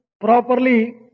properly